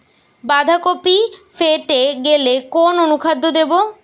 বাঁধাকপি ফেটে গেলে কোন অনুখাদ্য দেবো?